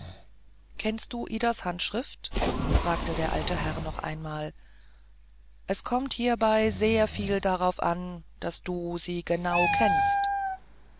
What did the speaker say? kennst du idas handschrift fragte der alte herr noch einmal es kommt hiebei sehr viel darauf an daß du sie genau kennst